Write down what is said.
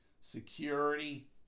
security